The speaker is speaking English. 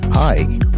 Hi